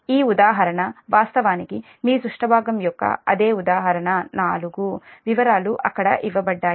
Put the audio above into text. ఈ ఉదాహరణ వాస్తవానికి మీ సుష్ట భాగం యొక్క అదే 'ఉదాహరణ 4' వివరాలు అక్కడ ఇవ్వబడ్డాయి